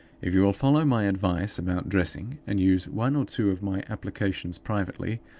if you will follow my advice about dressing, and use one or two of my applications privately,